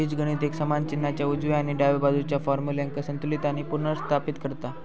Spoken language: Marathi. बीजगणित एक समान चिन्हाच्या उजव्या आणि डाव्या बाजुच्या फार्म्युल्यांका संतुलित आणि पुनर्स्थापित करता